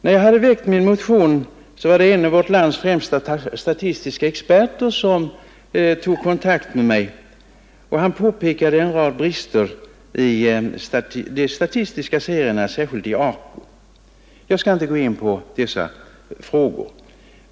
När jag hade väckt min motion tog en av vårt lands främsta statistiska experter kontakt med mig, och han påvisade en rad brister i de statistiska serierna, särskilt i AKU. Jag skall inte mer detaljerat gå in på dessa frågor.